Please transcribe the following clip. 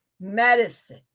medicine